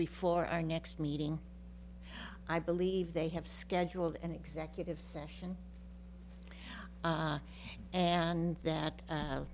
before our next meeting i believe they have scheduled an executive session and that